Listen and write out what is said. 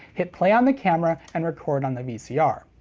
hit play on the camera, and record on the vcr.